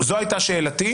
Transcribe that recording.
זו הייתה שאלתי.